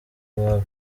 iwabo